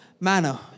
manner